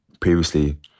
Previously